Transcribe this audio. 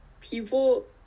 people